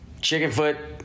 Chickenfoot